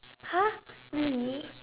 !huh! really